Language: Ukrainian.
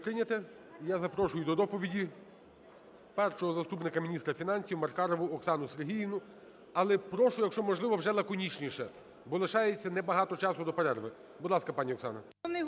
я запрошую до доповіді Першого заступника міністра фінансів Маркарову Оксану Сергіївну. Але прошу, якщо можливо, вже лаконічніше, бо лишається небагато часу до перерви. Будь ласка, пан Оксано.